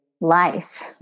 life